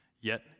Yet